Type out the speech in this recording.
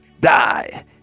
die